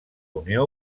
unió